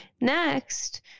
Next